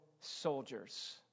soldiers